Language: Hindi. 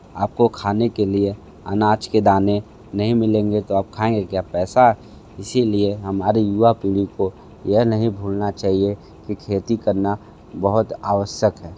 आपको खाने के लिए अनाज के दाने नहीं मिलेंगे तो आप खाएंगे क्या पैसा इसीलिए हमारे युवा पीढ़ी को यह नहीं भूलना चाहिए कि खेती करना बहुत आवश्यक है